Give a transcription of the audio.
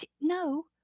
no